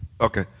Okay